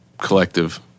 collective